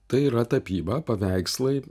tai yra tapyba paveikslai